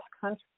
country